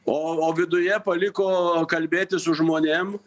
o o viduje paliko kalbėtis su žmonėm